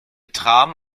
tram